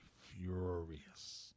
furious